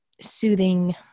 soothing